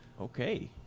Okay